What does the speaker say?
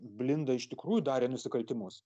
blinda iš tikrųjų darė nusikaltimus